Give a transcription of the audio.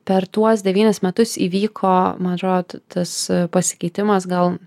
per tuos devynis metus įvyko man atro tas pasikeitimas gal